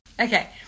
Okay